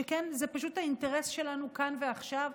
שכן זה פשוט האינטרס שלנו כאן ועכשיו,